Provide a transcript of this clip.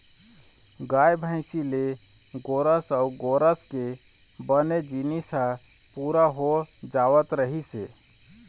गाय, भइसी ले गोरस अउ गोरस के बने जिनिस ह पूरा हो जावत रहिस हे